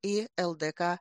į ldk